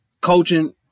coaching